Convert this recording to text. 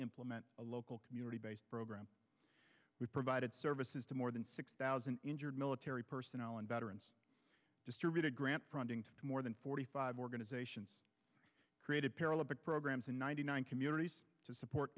implement a local community based program we provided services to more than six thousand injured military personnel and veterans distributed more than forty five organizations created paralympic programs and ninety nine communities to support